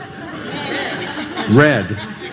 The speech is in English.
red